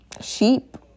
sheep